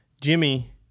Jimmy